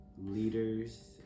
leaders